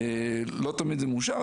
ולא תמיד זה מאושר.